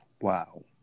Wow